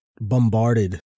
bombarded